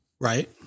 Right